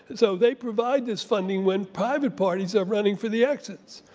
so they provide this funding when private parties are running for the exits.